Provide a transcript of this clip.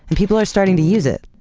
and people are starting to use it.